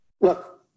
Look